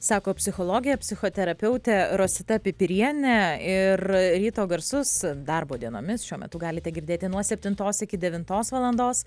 sako psichologė psichoterapeutė rosita pipirienė ir ryto garsus darbo dienomis šiuo metu galite girdėti nuo septintos iki devintos valandos